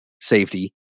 safety